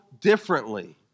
differently